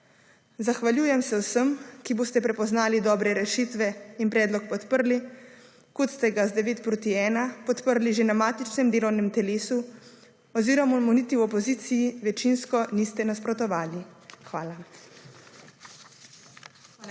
Zahvaljujem se vsem, ki boste prepoznali dobre rešitve in predlog podprli, kot ste ga z 9:1 podprli že na matičnem delovnem telesu oziroma mu niti v opoziciji večinsko niste nasprotovali. Hvala.